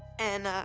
and